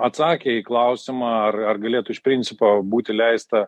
atsakė į klausimą ar ar galėtų iš principo būti leista